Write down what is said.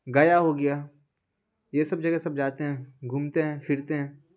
گیا ہو گیا یہ سب جگہ سب جاتے ہیں گھومتے ہیں پھرتے ہیں